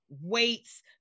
weights